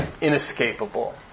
inescapable